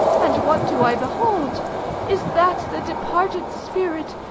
and what do i behold is that the departed spirit,